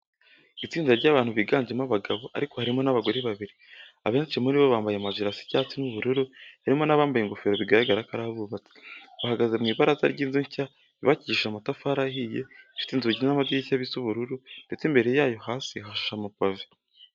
Itsinda ry'abantu biganjemo abagabo ariko harimo n'abagore babiri. Abenshi muri bo bambaye amajire asa icyatsi n'ubururu, harimo n'abambaye ingofero bigaragara ko ari abubatsi. Bahagaze mu ibaraza ry'inzu nshya yubakishije amatafari ahiye, ifite inzugi n'amadirishya bisa ubururu ndetse imbere yayo hasi hashashe amapave.